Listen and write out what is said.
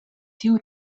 tiu